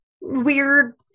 weird